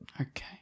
Okay